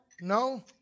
No